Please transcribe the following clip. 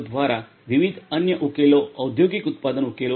દ્વારા વિવિધ અન્ય ઉકેલો ઔદ્યોગિક ઉત્પાદન ઉકેલો છે